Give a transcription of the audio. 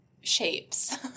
shapes